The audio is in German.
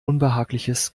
unbehagliches